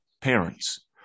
parents